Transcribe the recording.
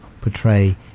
portray